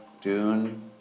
Dune